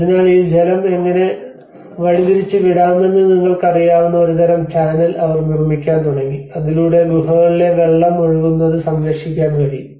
അതിനാൽ ഈ ജലം എങ്ങനെ വഴിതിരിച്ചുവിടാമെന്ന് നിങ്ങൾക്കറിയാവുന്ന ഒരുതരം ചാനൽ അവർ നിർമ്മിക്കാൻ തുടങ്ങി അതിലൂടെ ഗുഹകളിലെ വെള്ളം ഒഴുകുന്നത് സംരക്ഷിക്കാൻ കഴിയും